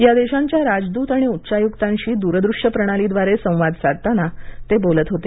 या देशांच्या राजदूत आणि उच्चायुक्तांशी दूरदृश्य प्रणालीद्वारे संवाद साधताना ते बोलत होते